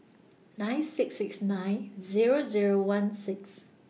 nine six six nine Zero Zero one six